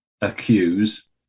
accuse